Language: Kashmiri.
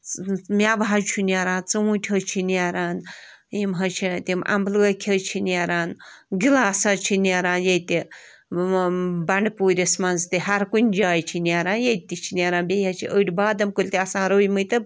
مٮ۪وٕ حظ چھُ نیران ژوٗنٛٹھۍ حظ چھِ نیران یِم حظ چھِ اَتہِ یِم اَمبہٕ لٲکھ حظ چھِ نیران گِلاس حظ چھِ نیران ییٚتہِ بَنٛڈٕ پوٗرِس منٛز تہِ ہر کُنہِ جایہِ چھِ نیران ییٚتہِ تہِ چھِ نیران بیٚیہِ حظ چھِ أڑۍ بادَم کُلۍ تہِ آسان رُوۍ مٕتۍ تہٕ